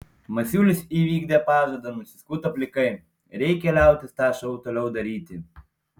masiulis įvykdė pažadą nusiskuto plikai reikia liautis tą šou toliau daryti